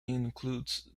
includes